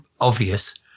obvious